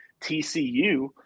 TCU –